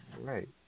right